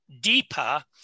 deeper